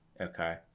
Okay